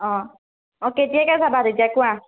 অ' কেতিয়াকৈ যাবা তেতিয়া কোৱা